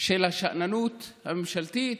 של השאננות הממשלתית,